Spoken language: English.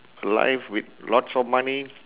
life with lots of money